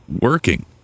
working